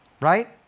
right